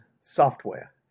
software